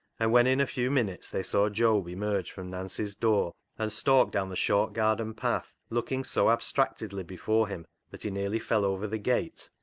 and when in a few minutes they saw job emerge from nancy's door and stalk down the short garden path, looking so abstractedly before him that he nearly fell over the gate,